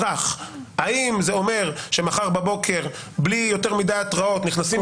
האם זה אומר שמחר בבוקר בלי יותר מדי התראות נכנסים